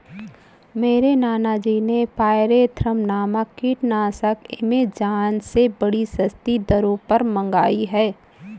मेरे नाना जी ने पायरेथ्रम नामक कीटनाशक एमेजॉन से बड़ी सस्ती दरों पर मंगाई है